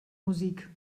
musik